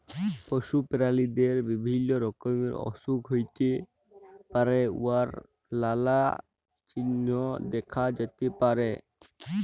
পশু পেরালিদের বিভিল্য রকমের অসুখ হ্যইতে পারে উয়ার লালা চিল্হ দ্যাখা যাতে পারে